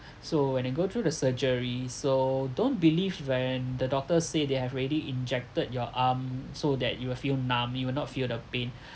so when I go through the surgery so don't believe when the doctors say they have already injected your arm so that you will feel numb you will not feel the pain